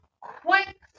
quick